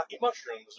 mushrooms